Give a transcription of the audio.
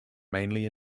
mainly